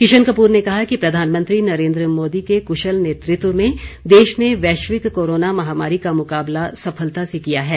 किशन कपूर ने कहा कि प्रधानमंत्री नरेन्द्र मोदी के कुशल नेतृत्व में देश ने वैश्विक कोरोना महामारी का मुकाबला सफलता से किया है